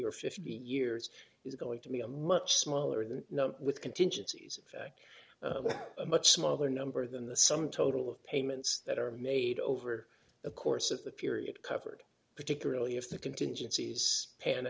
or fifty years is going to be a much smaller than with contingencies a much smaller number than the sum total of payments that are made over the course of the period covered particularly if the contingencies pan